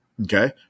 Okay